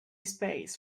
space